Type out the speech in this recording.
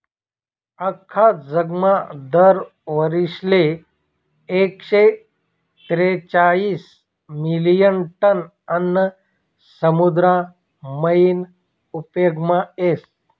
आख्खा जगमा दर वरीसले एकशे तेरेचायीस मिलियन टन आन्न समुद्र मायीन उपेगमा येस